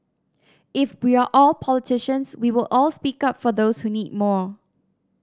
if we are all politicians we will all speak up for those who need more